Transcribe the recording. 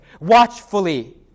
watchfully